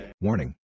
Warning